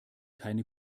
keine